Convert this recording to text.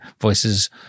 voices